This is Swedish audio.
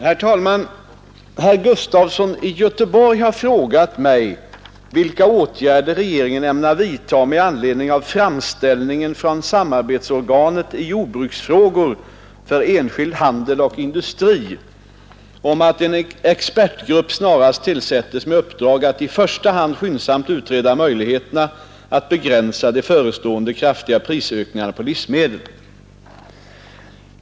Herr talman! Herr Gustafson i Göteborg har frågat mig vilka åtgärder regeringen ämnar vidta med anledning av framställningen från Samarbetsorganet i jordbruksfrågor för enskild handel och industri om att en expertgrupp snarast tillsättes med uppdrag att i första hand skyndsamt utreda möjligheterna att begränsa de förestående kraftiga prisökningarna på livsmedel.